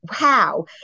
Wow